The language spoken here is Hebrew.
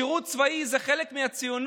שירות צבאי זה חלק מהציונות.